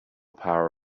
power